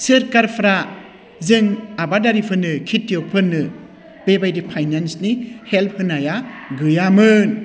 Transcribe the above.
सोरखारफ्रा जों आबादारिफोरनो खेथिय'गफोरनो बेबायदि फाइनान्सनि हेल्प होनाया गैयामोन